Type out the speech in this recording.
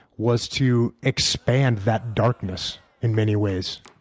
was to expand that darkness in many ways,